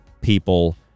people